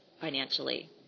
financially